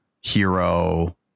hero